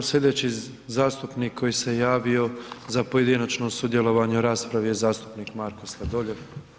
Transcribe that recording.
Slijedeći zastupnik koji se javio za pojedinačno sudjelovanje u raspravi je zastupnik Marko Sladoljev.